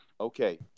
Okay